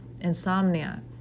insomnia